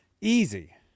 Easy